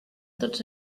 tots